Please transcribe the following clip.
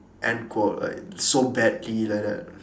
end quote like so badly like that